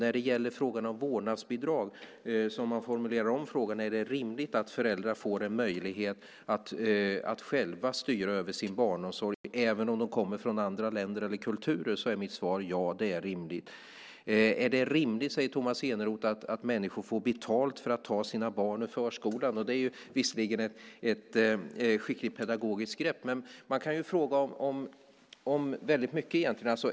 När det gäller frågan om vårdnadsbidrag får man formulera om frågan: Är det rimligt att föräldrar får en möjlighet att själva styra över sin barnomsorg även om de kommer från andra länder eller kulturer? Mitt svar är: Ja, det är rimligt. Är det rimligt, säger Tomas Eneroth, att människor får betalt för att ta sina barn ur förskolan? Det är visserligen ett skickligt pedagogiskt grepp. Men man kan fråga om väldigt mycket egentligen.